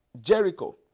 Jericho